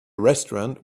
restaurant